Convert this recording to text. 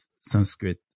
Sanskrit